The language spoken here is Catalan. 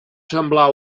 semblar